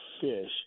fish